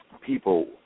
people